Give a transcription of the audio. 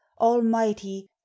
Almighty